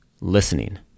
listening